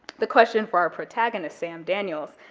the question for our protagonist, sam daniels,